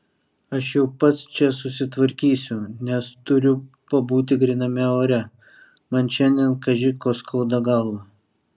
aš jau pats čia susitvarkysiu nes turiu pabūti gryname ore man šiandien kaži ko skauda galvą